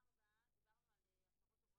לכן, כאשר החוק יעבור,